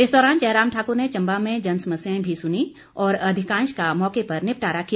इस दौरान जयराम ठाकुर ने चंबा में जनसमस्याएं भी सुन्नीं और अधिकांश का मौके पर निपटारा किया